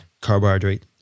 carbohydrate